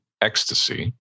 ecstasy